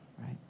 right